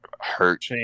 hurt